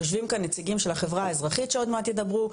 יושבים כאן נציגים של החברה האזרחית שעוד מעט ידברו,